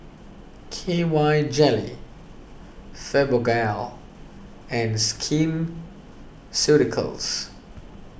K Y Jelly Fibogel and Skin Ceuticals